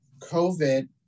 COVID